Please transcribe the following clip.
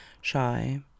shy